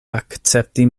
akcepti